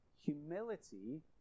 humility